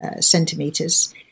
centimeters